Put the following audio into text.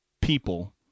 people